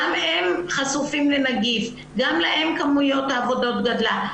גם הם חשופים לנגיף, גם להם כמות העבודה גדלה.